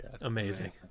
Amazing